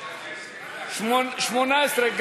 18,